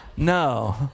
No